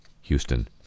houston